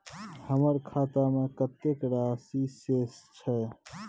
हमर खाता में कतेक राशि शेस छै?